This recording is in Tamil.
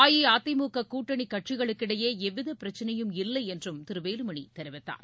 அஇஅதிமுககூட்டணிகட்சிகளுக்கிடையேஎவ்விதபிரச்சனையும் இல்லைன்றும் திருவேலுாமணிதெரிவித்தார்